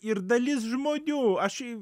ir dalis žmonių aš